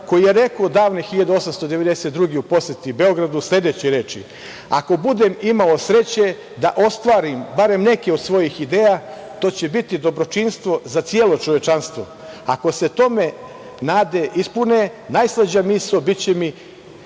koji je rekao, davne 1892. godine u poseti Beogradu, sledeće reči – „Ako budem imao sreće da ostvarim, barem neke od svojih ideja, to će biti dobročinstvo za celo čovečanstvo. Ako se tome nade ispune, najslađa misao biće mi